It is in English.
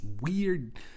weird